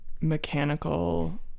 mechanical